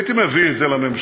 הייתי מביא את זה לממשלה,